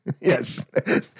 Yes